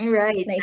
right